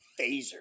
phaser